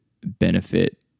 benefit